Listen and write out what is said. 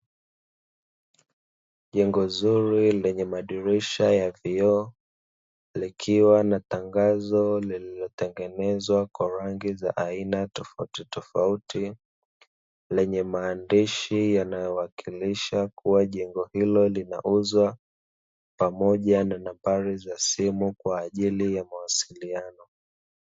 Jengo zuri lenye madirisha ya vioo likiwa na tangazo lililotengenezwa kwa rangi za aina tofautitofauti, lenye maandishi yanayowakilisha kuwa jengo hilo linauzwa pamoja na namba za simu kwa ajili ya mawasiliano.